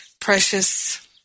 precious